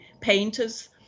painters